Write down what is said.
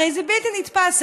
הרי זה בלתי נתפס,